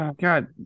God